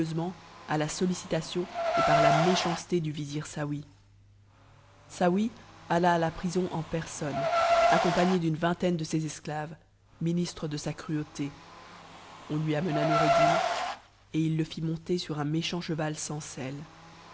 à la souicitation et par la méchanceté du vizir saouy saouy alla à la prison en personne accompagné d'une vingtaine de ses esclaves ministres de sa cruauté on lui amena noureddin et il le it monter sur un méchant cheval sans selle